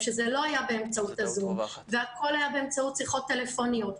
שזה לא היה באמצעות הזום והכל היה באמצעות שיחות טלפוניות,